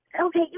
okay